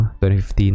2015